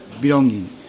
belonging